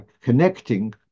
connecting